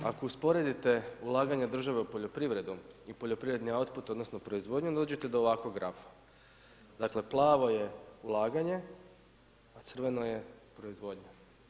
Ako usporedite ulaganje države u poljoprivredu i poljoprivredni autput, odnosno proizvodnju, onda dođete do ovakvog grafa, dakle, plavo je ulaganje, a crveno je proizvodnja.